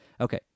Okay